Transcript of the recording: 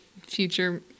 future